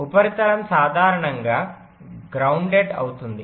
ఉపరితలం సాధారణంగా గ్రౌన్దేడ్ అవుతుంది